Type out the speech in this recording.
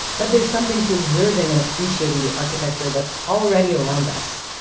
that there's something to observing and appreciating the architecture that's already around us.